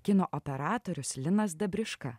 kino operatorius linas dabriška